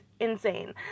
insane